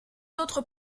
d’autres